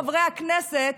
חברי הכנסת,